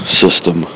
system